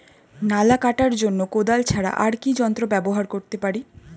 নালা কাটার জন্য কোদাল ছাড়া আর কি যন্ত্র ব্যবহার করতে পারি?